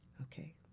Okay